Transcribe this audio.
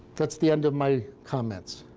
that's the end of my comments.